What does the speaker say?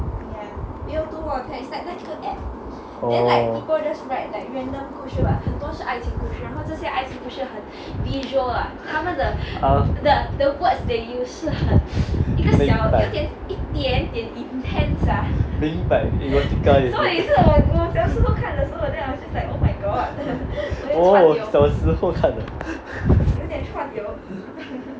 oh 明白明白 erotica is it oh 小时候看的